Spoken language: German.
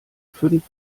fünf